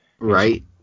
Right